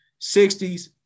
60s